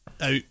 out